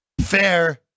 fair